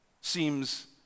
seems